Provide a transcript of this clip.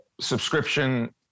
subscription